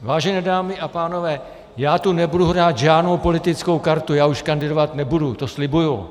Vážené dámy a pánové, já tu nebudu hrát žádnou politickou kartu, já už kandidovat nebudu, to slibuji.